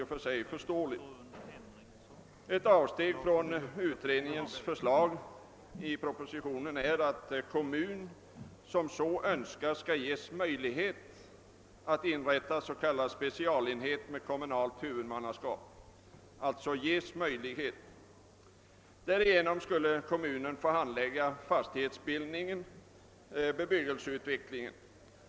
Ett avsteg i propositionen från utredningens förslag är att kommun som så önskar skall ges möjlighet att inrätta s.k. specialenhet med kommunalt huvudmannaskap. Därigenom skulle kommunen få handlägga frågor om fastighetsbildning och bebyggelseutveckling.